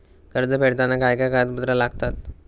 कर्ज फेडताना काय काय कागदपत्रा लागतात?